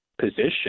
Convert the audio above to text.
position